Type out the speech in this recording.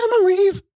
memories